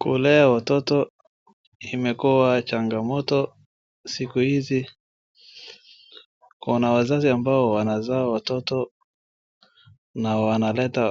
Kulea watoto imekuwa changamoto siku hizi. Kuna wazazi ambao wanazaa watoto na wanaleta,